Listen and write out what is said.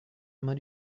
immer